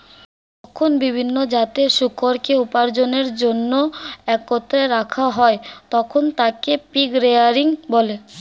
যখন বিভিন্ন জাতের শূকরকে উপার্জনের জন্য একত্রে রাখা হয়, তখন তাকে পিগ রেয়ারিং বলে